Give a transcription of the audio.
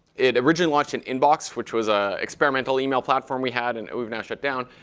it originally launched in inbox, which was ah experimental email platform we had, and we've now stripped down,